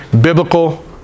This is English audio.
biblical